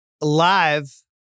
live